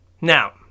Now